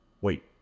wait